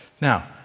Now